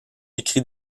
écrit